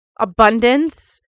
Abundance